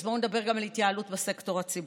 אז בואו נדבר גם על התייעלות בסקטור הציבורי.